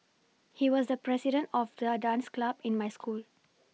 he was the president of the dance club in my school